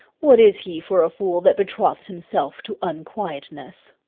what is he for a fool that betroths himself to unquietness?